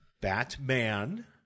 Batman